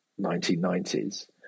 1990s